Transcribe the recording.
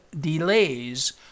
delays